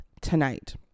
tonight